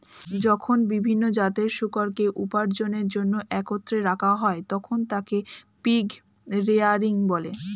যখন বিভিন্ন জাতের শূকরকে উপার্জনের জন্য একত্রে রাখা হয়, তখন তাকে পিগ রেয়ারিং বলে